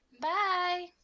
Bye